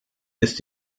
ist